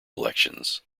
elections